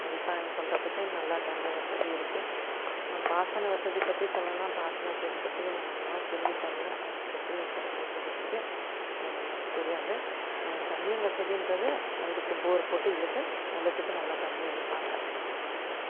விவசாயம் பண்றதுக்கு நல்லா தண்ணி வசதி இருக்குது பாசன வசதி பற்றி சொல்லணும்னால் பாசன வசதி பற்றி நான் அவ்வளவா கேள்விப்படலை அதை பற்றி சொல்லணும்ன்றதுக்கு தெரியாது ஆனால் தண்ணீர் வசதின்றது இருக்கு போர் போட்டு இழுத்து நிலத்துக்கு நல்லா தண்ணீர் விடறாங்க